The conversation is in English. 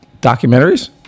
Documentaries